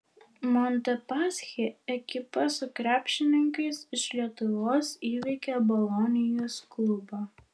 montepaschi ekipa su krepšininkais iš lietuvos įveikė bolonijos klubą